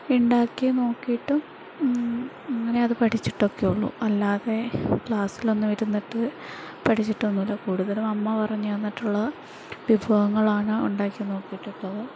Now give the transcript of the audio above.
ഉണ്ടാക്കി നോക്കിയിട്ടും അങ്ങനെയത് പഠിച്ചിട്ടൊക്കെയുള്ളൂ അല്ലാതെ ക്ലാസ്സിലൊന്നും ഇരുന്നിട്ട് പഠിച്ചിട്ടൊന്നും ഇല്ല കൂടുതലും അമ്മ പറഞ്ഞു തന്നിട്ടുള്ള വിഭവങ്ങളാണ് ഉണ്ടാക്കി നോക്കിയിട്ടുള്ളത്